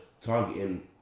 targeting